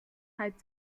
reibt